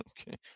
okay